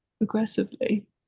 aggressively